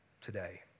today